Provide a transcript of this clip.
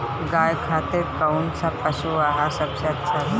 गाय खातिर कउन सा पशु आहार सबसे अच्छा बा?